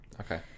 Okay